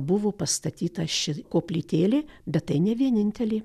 buvo pastatyta ši koplytėlė bet tai ne vienintelė